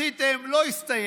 רציתם, לא הסתייע.